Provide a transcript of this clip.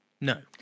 No